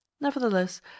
Nevertheless